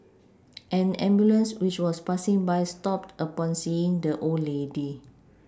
an ambulance which was passing by stopped upon seeing the old lady